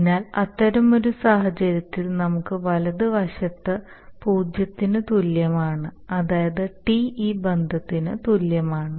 അതിനാൽ അത്തരമൊരു സാഹചര്യത്തിൽ നമുക്ക് വലതുവശത്ത് പൂജ്യത്തിന് തുല്യമാണ് അതായത് T ഈ ബന്ധത്തിന് തുല്യമാണ്